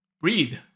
Breathe